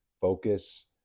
focus